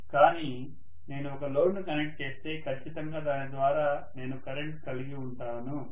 కానీ నేను ఒక లోడ్ను కనెక్ట్ చేస్తే ఖచ్చితంగా దాని ద్వారా నేను కరెంట్ కలిగి ఉంటాను